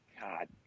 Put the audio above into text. God